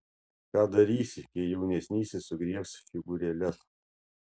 ką darysi kai jaunesnysis sugriebs figūrėles